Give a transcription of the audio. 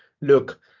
look